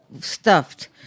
stuffed